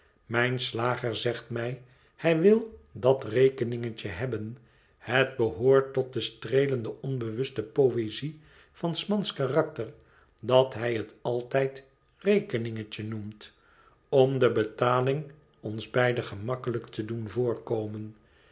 zegt mij hij wil dat rekeningetje hebben het behoort tot de streelende onbewuste poëzie van s mans karakter dat hij het altijd rekeningetje noemt om de betaling ons beiden gemakkelijk te doen voorkomen